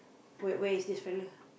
where where is this fella